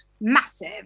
massive